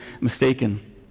mistaken